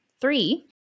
Three